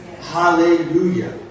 Hallelujah